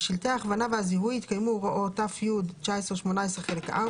בשלטי ההכוונה והזיהוי יתקיימו הוראות ת"י 1918 חלק 4